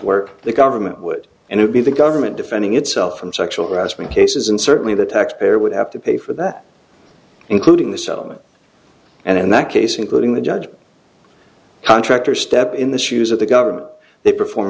work the government would and it be the government defending itself from sexual harassment cases and certainly the taxpayer would have to pay for that including the settlement and in that case including the judge contractors step in the shoes of the government they perform